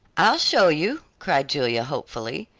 i'll show you, cried julia hopefully.